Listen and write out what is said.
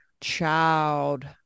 Child